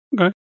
Okay